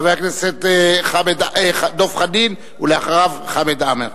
חבר הכנסת דב חנין, ואחריו, חבר הכנסת חמד עמֶאר.